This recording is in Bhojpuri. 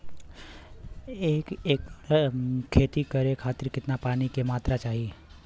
एक एकड़ खेती करे खातिर कितना पानी के मात्रा चाही?